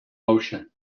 motion